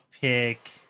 pick